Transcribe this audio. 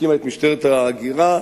הקימה את משטרת ההגירה,